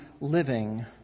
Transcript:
living